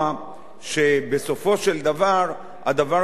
של דבר הדבר הזה יהווה גם עוולה אזרחית.